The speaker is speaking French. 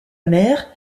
mère